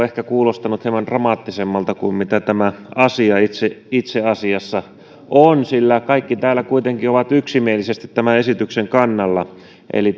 ehkä kuulostanut hieman dramaattisemmalta kuin mitä tämä asia itse itse asiassa on sillä kaikki täällä kuitenkin ovat yksimielisesti tämän esityksen kannalla eli